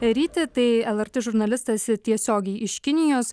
ryti tai lrt žurnalistas tiesiogiai iš kinijos